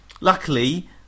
luckily